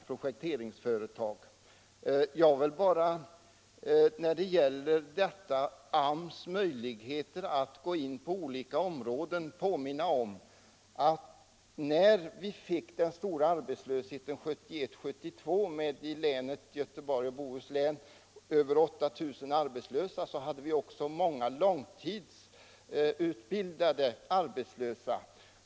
Beträffande AMS möjligheter att gå in på olika områden vill jag bara påminna om att vid den stora arbetslösheten 1971-1972 med över 8 000 arbetslösa i Göteborgs och Bohuslän hade vi också många långtidsutbildade arbetslösa.